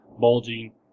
bulging